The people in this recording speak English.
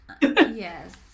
Yes